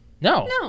No